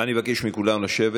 אני מבקש מכולם לשבת.